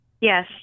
Yes